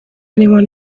anyone